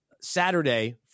Saturday